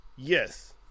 Yes